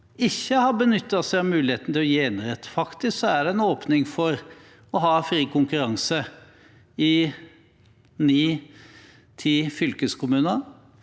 ikke har benyttet seg av muligheten til å gi enerett. Faktisk er det en åpning for å ha fri konkurranse i ni–ti fylkeskommuner.